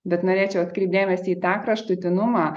bet norėčiau atkreipt dėmesį į tą kraštutinumą